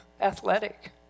athletic